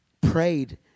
prayed